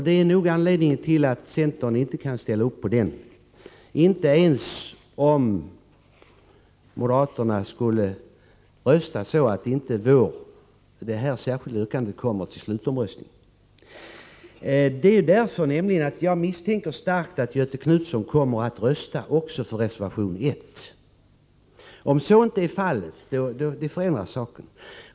Det är anledningen till att centern inte kan ställa upp på den, inte ens om moderaterna skulle rösta så att det särskilda yrkandet inte kommer till slutomröstningen. Anledningen till detta är att jag starkt misstänker att Göthe Knutson kommer att rösta också för reservation 1. Om så inte är fallet förändrar det saken.